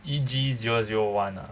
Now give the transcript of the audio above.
E_G zero zero one ah